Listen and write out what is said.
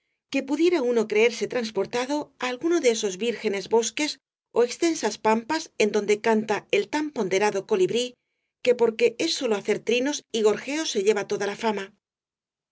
que pudiera uno creerse transportado á alguno de esos vírgenes bosques ó extensas pampas en donde canta el tan ponderado colibrí que porque es solo á hacer trinos y gorjeos se lleva toda la fama el caballero de